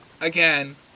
again